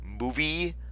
movie